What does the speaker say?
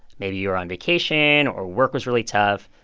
maybe you were on vacation, or work was really tough.